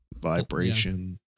vibration